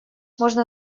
можно